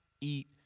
eat